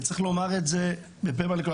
וצריך לומר את זה בפה מלא.